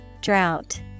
Drought